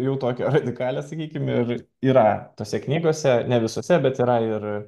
jau tokią radikalią sakykim ir yra tose knygose ne visose bet yra ir